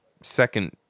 second